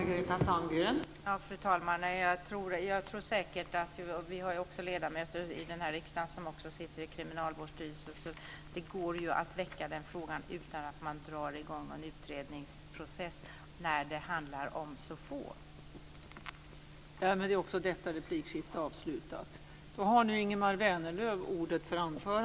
Fru talman! Vi har ju ledamöter i den här riksdagen som också sitter i Kriminalvårdsstyrelsen, så det går ju att väcka den frågan utan att man drar i gång en utredningsprocess när det handlar om så få ungdomar.